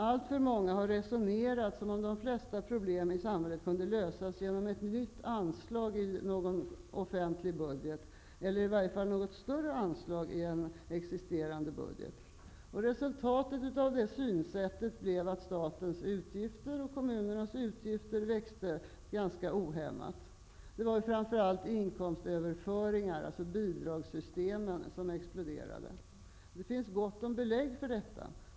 Alltför många har resonerat som om de flesta problem i samhället kunde lösas genom ett nytt anslag i någon offentlig budget, eller i varje fall genom större anslag i någon existerande budget. Resultatet blev att statens och kommunernas utgifter växte ohämmat. Det var framför allt inkomstöverföringarna, bidragssystemen, som exploderade. Det finns gott om belägg för detta.